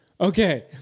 Okay